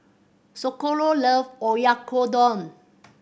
Socorro loves Oyakodon